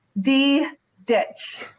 D-ditch